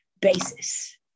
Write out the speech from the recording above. basis